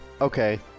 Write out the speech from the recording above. Okay